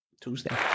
Tuesday